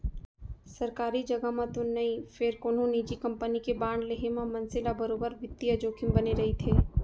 सरकारी जघा म तो नई फेर कोनो निजी कंपनी के बांड लेहे म मनसे ल बरोबर बित्तीय जोखिम बने रइथे